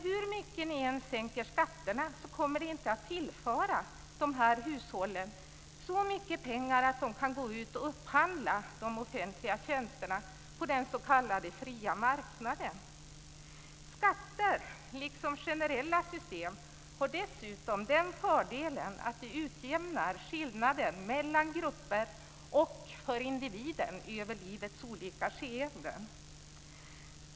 Hur mycket ni än sänker skatterna kommer de här hushållen inte att tillföras så mycket pengar att de kan upphandla de offentliga tjänsterna på den s.k. fria marknaden. Skatter liksom generella system har dessutom den fördelen att de utjämnar skillnader mellan grupper och individer över livets olika skeenden.